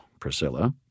Priscilla